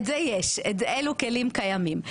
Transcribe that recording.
אלה כלים קיימים.